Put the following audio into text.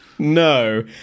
No